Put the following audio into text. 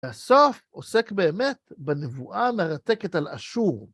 הסוף עוסק באמת בנבואה מרתקת על אשור.